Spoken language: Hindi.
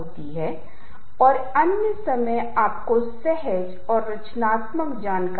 तो यह लोग इस विशेष दुकान के लिए आकर्षित हो गए और फिर वहां से खरीदना शुरू कर दिया